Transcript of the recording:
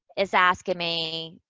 it's asking me,